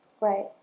Right